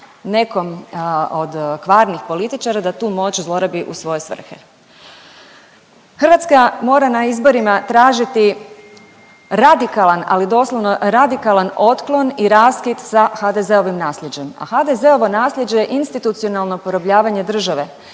nekom od kvarnih političara da tu moć zlorabi u svoje svrhe. Hrvatska mora na izborima tražiti radikalan, ali doslovno radikalan otklon i raskid sa HDZ-ovim naslijeđem. A HDZ-ovo naslijeđe je institucionalno porobljavanje države,